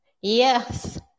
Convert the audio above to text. Yes